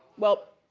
well,